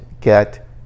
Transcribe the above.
get